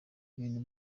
ibintu